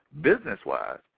business-wise